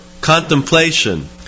contemplation